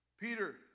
Peter